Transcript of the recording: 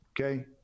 okay